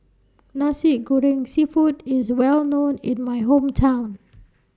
Nasi Goreng Seafood IS Well known in My Hometown